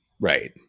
Right